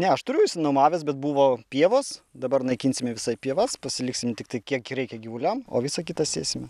ne aš turiu išsinuomavęs bet buvo pievos dabar naikinsime visai pievas pasiliksim tiktai kiek reikia gyvuliam o visa kita sėsim